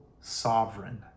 sovereign